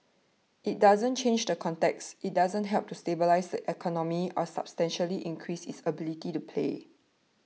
it doesn't change the context it doesn't help to stabilise the economy or substantially increase its ability to pay